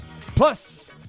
Plus